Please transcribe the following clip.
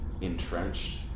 entrenched